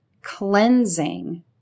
cleansing